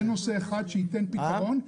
זה נושא אחד שייתן פתרון.